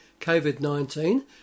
COVID-19